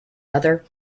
other